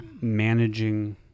managing